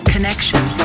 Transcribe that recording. Connection